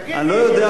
תגיד מי,